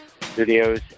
Studios